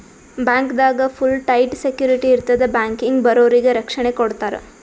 ಬ್ಯಾಂಕ್ದಾಗ್ full tight security ಇರ್ತದ್ ಬ್ಯಾಂಕಿಗ್ ಬರೋರಿಗ್ ರಕ್ಷಣೆ ಕೊಡ್ತಾರ